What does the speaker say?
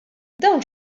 dawn